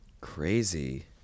Crazy